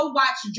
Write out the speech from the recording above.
watch